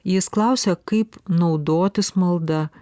jis klausia kaip naudotis malda